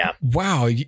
wow